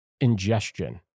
ingestion